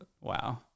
Wow